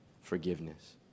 forgiveness